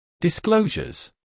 Disclosures